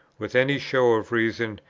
with any show of reason,